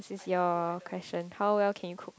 this is your question how well can you cook